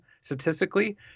statistically